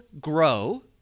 grow